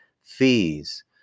fees